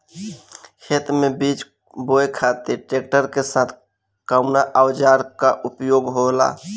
खेत में बीज बोए खातिर ट्रैक्टर के साथ कउना औजार क उपयोग होला?